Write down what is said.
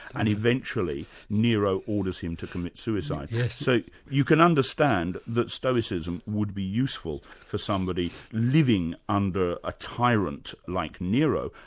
and eventually nero orders him to commit suicide. yeah so you can understand that stoicism would be useful for somebody living under a tyrant like nero.